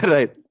Right